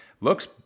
Looks